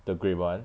the grape [one]